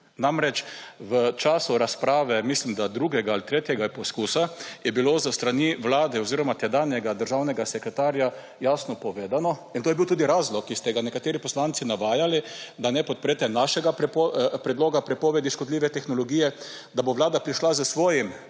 namreč, v času razprave mislim da, drugega ali tretjega poskusa, je bilo z strani Vlade oziroma tedanjega državnega sekretarja jasno povedano in to je bil tudi razlog, ki ste ga nekateri poslanci navajali, da ne podprete našega predloga prepovedi škodljive tehnologije, da bo Vlada prišla z svojim